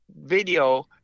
video